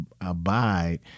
abide